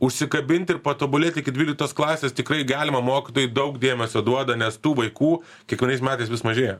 užsikabint ir patobulėt iki dvyliktos klasės tikrai galima mokytojai daug dėmesio duoda nes tų vaikų kiekvienais metais vis mažėja